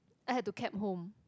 I have to cab home